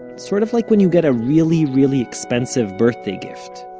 sort of like when you get a really really expensive birthday gift